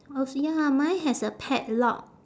also ya mine has a padlock